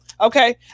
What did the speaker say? Okay